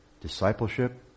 Discipleship